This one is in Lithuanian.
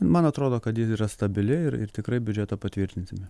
man atrodo kad ji yra stabili ir ir tikrai biudžetą patvirtinsime